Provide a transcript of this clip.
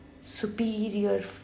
superior